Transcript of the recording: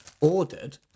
ordered